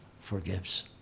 forgives